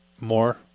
more